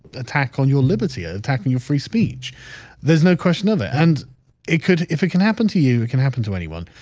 attack on your liberty attacking your free speech there's no question of it and it could if it can happen to you it can happen to anyone.